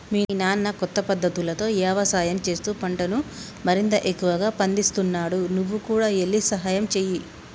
మీ నాన్న కొత్త పద్ధతులతో యవసాయం చేస్తూ పంటను మరింత ఎక్కువగా పందిస్తున్నాడు నువ్వు కూడా ఎల్లి సహాయంచేయి